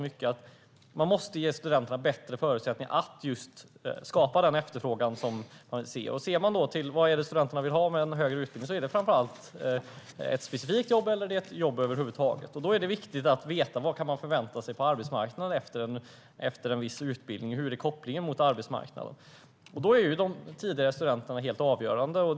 Man måste ge studenterna bättre förutsättningar att skapa den efterfrågan som man vill se. Ser man till vad studenter vill ha ut av en högre utbildning handlar det framför allt om ett specifikt jobb eller om ett jobb över huvud taget. Då är det viktigt att de kan få veta vad de kan förvänta sig på arbetsmarknaden efter en viss utbildning. Hur är kopplingen mot arbetsmarknaden? I detta är tidigare studenter helt avgörande.